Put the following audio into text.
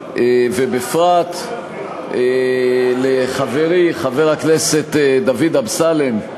ובפרט לחברי חבר הכנסת דוד אמסלם,